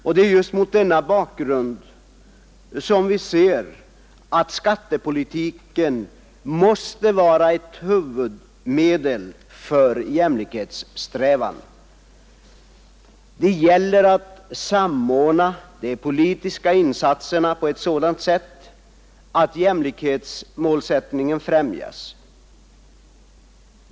Det är just mot denna bakgrund som vi anser att skattepolitiken måste vara ett huvudmedel för jämlikhetssträvandena. Det gäller att samordna de politiska insatserna på ett sådant sätt att jämlikhetsmålsättningen främjas.